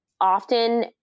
often